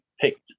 picked